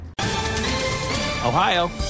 Ohio